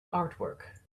artwork